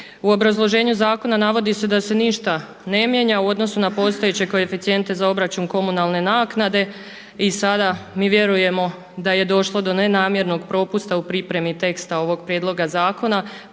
U obrazloženju zakona navodi se da se ništa ne mijenja u odnosu na postojeće koeficijente za obračun komunalne naknade i sada mi vjerujemo da je došlo do nenamjernog propusta u pripremi teksta ovog prijedloga zakona,